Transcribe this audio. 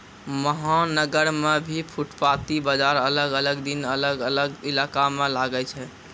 महानगर मॅ भी फुटपाती बाजार अलग अलग दिन अलग अलग इलाका मॅ लागै छै